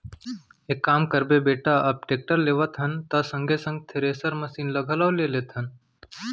एक काम करबे बेटा अब टेक्टर लेवत हन त संगे संग थेरेसर मसीन ल घलौ ले लेथन